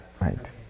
Right